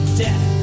death